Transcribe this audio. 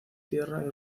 tierra